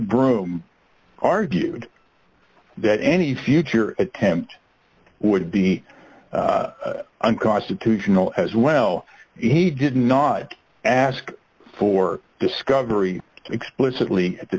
broome argued that any future attempt would be unconstitutional as well he did not ask for discovery explicitly at the